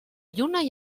lluna